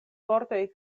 vortoj